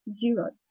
zero